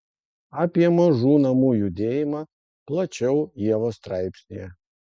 apie mažų namų judėjimą plačiau ievos straipsnyje